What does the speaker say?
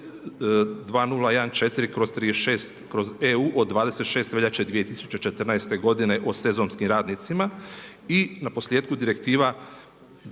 2014/36/EU od 26. veljače 2014. godine o sezonskim radnicima i naposljetku Direktiva